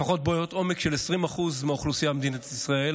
לפחות מבעיות עומק של 20% מהאוכלוסייה במדינת ישראל,